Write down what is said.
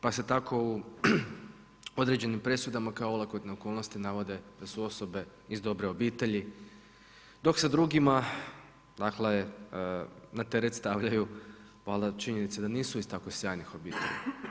Pa se tako u određenim presudama kao olakotne okolnosti navode da su osobe iz dobre obitelji dok se drugima na teret stavljaju valjda činjenice da nisu iz tako sjajnih obitelji.